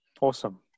awesome